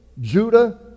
Judah